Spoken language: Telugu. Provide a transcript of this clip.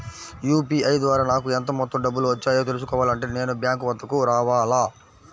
యూ.పీ.ఐ ద్వారా నాకు ఎంత మొత్తం డబ్బులు వచ్చాయో తెలుసుకోవాలి అంటే నేను బ్యాంక్ వద్దకు రావాలా?